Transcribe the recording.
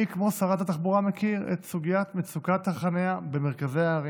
מי כמו שרת התחבורה מכיר את סוגיית מצוקת החניה במרכזי הערים.